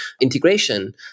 integration